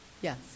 Yes